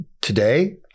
today